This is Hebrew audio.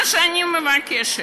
מה שאני מבקשת,